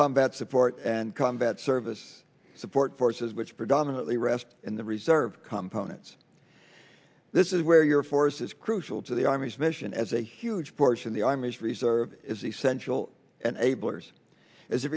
combat support and combat service support forces which predominantly rest in the reserve components this is where your force is crucial to the army's mission as a huge portion of the army's reserve is essential and abler as it